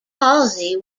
halsey